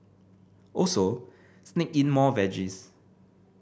also sneak in more veggies